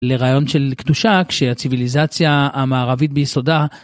לרעיון של קדושה כשהציוויליזציה המערבית ביסודה.